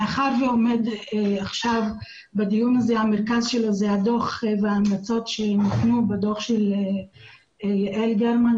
מאחר ובמרכז הדיון הוא הדו"ח וההמלצות שמופיעות בדו"ח של יעל גרמן,